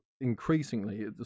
increasingly